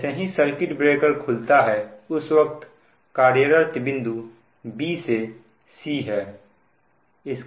जैसे ही circuit breaker खुलता है उस वक्त कार्यरत बिंदु b से c है